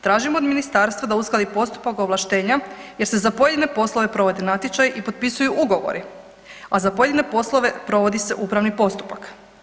Tražimo od Ministarstva da uskladi postupak ovlaštenja jer se za jedine poslove provodi natječaj i potpisuju ugovori, a za pojedine poslove provodi se upravi postupak.